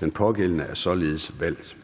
Den pågældende er således valgt.